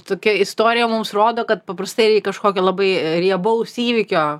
tokia istorija mums rodo kad paprastai reik kažkokio labai riebaus įvykio